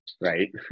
right